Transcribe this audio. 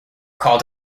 call